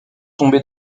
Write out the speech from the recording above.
tombés